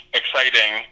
exciting